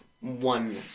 one